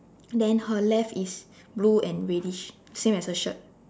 then her left is blue and reddish same as her shirt